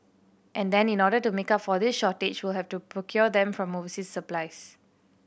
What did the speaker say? and then in order to make up for this shortage we'll have to procure them from overseas suppliers